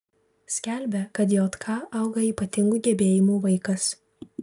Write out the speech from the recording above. skelbia kad jk auga ypatingų gebėjimų vaikas